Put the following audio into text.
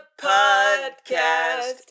podcast